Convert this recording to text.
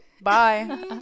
Bye